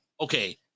okay